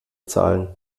zahlen